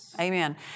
Amen